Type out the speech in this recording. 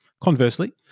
Conversely